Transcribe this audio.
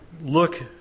look